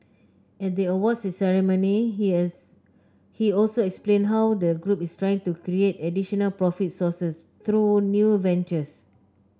at the awards ceremony he he also explained how the group is trying to create additional profit sources through new ventures